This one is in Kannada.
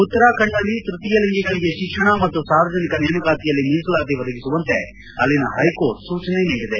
ಉತ್ತರಾಖಂಡ್ನಲ್ಲಿ ತ್ಯತೀಯ ಲಿಂಗಿಗಳಿಗೆ ಶಿಕ್ಷಣ ಮತ್ತು ಸಾರ್ವಜನಿಕ ನೇಮಕಾತಿಯಲ್ಲಿ ಮೀಸಲಾತಿ ಒದಗಿಸುವಂತೆ ಅಲ್ಲಿನ ಹೈಕೋರ್ಟ್ ಸೂಚನೆ ನೀಡಿದೆ